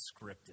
scripted